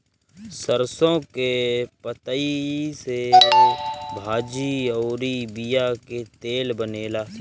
सरसों के पतइ से भाजी अउरी बिया के तेल बनेला